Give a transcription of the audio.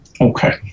okay